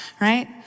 right